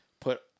put